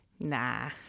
Nah